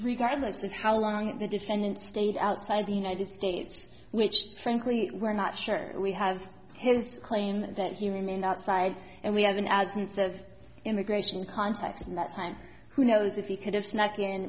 regardless of how long the defendant stayed outside the united states which frankly we're not sure we have his claim that he remained outside and we have an absence of immigration contacts in that time who knows if he could have snuck in